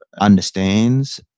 understands